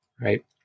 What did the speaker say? Right